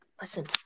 listen